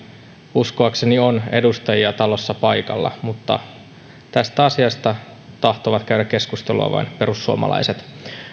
uskoakseni on edustajia talossa paikalla mutta tästä asiasta tahtovat käydä keskustelua vain perussuomalaiset